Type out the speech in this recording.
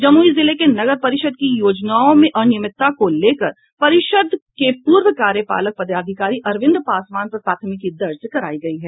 जमुई जिले के नगर परिषद की योजनाओं में अनियमितता को लेकर परिषद के पूर्व कार्यपालक पदाधिकारी अरविंद पासवान पर प्राथमिकी दर्ज करायी गयी है